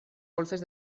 golfes